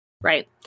Right